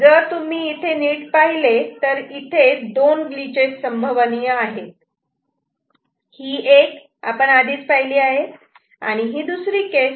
जर तुम्ही इथे पाहिले तर इथे दोन ग्लिचेस संभवनीय आहेत ही 1 आपण आधीच पाहिली आहे आणि ही दुसरी केस